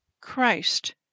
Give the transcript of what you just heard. Christ